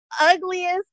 ugliest